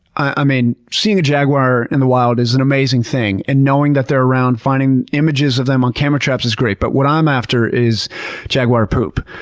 i mean, seeing a jaguar in the wild is an amazing thing, and knowing that they're around, finding images of them on camera traps is great, but what i'm after is jaguar poop.